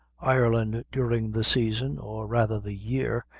ireland during the season, or rather the year,